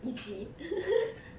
easy